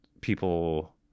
people